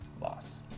loss